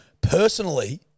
personally